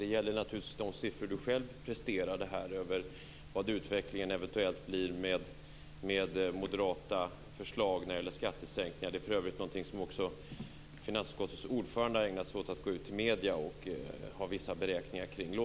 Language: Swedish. Det gäller naturligtvis de siffror som Sonia Karlsson själv presterar över vad utvecklingen eventuellt blir med moderata förslag när det gäller skattesänkningar. För övrigt har också finansutskottets ordförande ägnat sig åt att gå ut till medierna med vissa beräkningar kring detta.